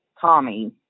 Tommy